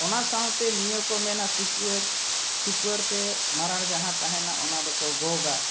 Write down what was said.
ᱚᱱᱟ ᱥᱟᱶᱛᱮ ᱱᱤᱭᱟᱹ ᱠᱚ ᱢᱮᱱᱟ ᱥᱤᱠᱩᱣᱟᱹᱨ ᱥᱤᱠᱣᱟᱹᱨ ᱛᱮ ᱢᱟᱨᱟᱬ ᱡᱟᱦᱟᱸ ᱛᱟᱦᱮᱱᱟ ᱚᱱᱟ ᱫᱚᱠᱚ ᱜᱚᱜᱟ